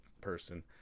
person